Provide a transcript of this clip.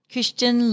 Christian